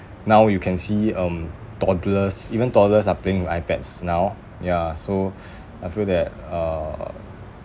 now you can see um toddlers even toddlers are playing with ipads now ya so I feel that uh